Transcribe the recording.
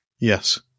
Yes